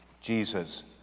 Jesus